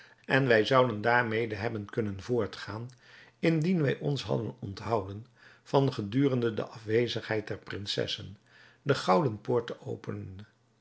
en wij zouden daarmede hebben kunnen voortgaan indien wij ons hadden onthouden van gedurende de afwezigheid der prinsessen de gouden poort te openen